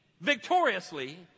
victoriously